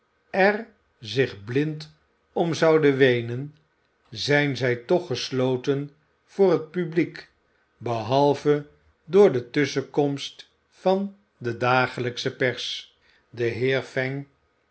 er zich blind om zouden weenen zijn zij toch gesloten voor het publiek behalve door de tusschenkomst van de dagelijksche pers den heer